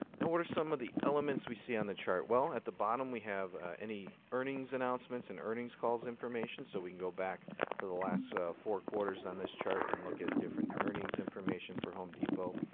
now, what are some of the elements we see on the chart? well, at the bottom, we have any earnings announcements and earnings calls information. so we can go back for the last four quarters on this chart and look at different earnings information for home depot.